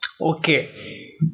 Okay